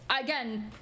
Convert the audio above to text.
again